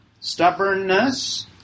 stubbornness